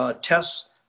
tests